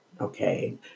okay